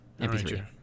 MP3